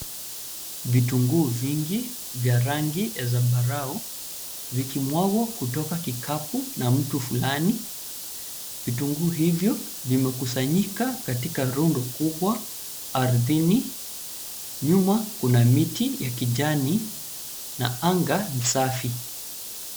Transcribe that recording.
Vitunguu vingi vya rangi ya zambarau vikimwagwa kutoka kikapu na mtu fulani. Vitunguu hivyo vimekusanyika katika rundo kubwa ardhini. Nyuma kuna miti ya kijani na anga ni safi.